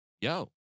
yo